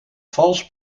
vals